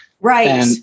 Right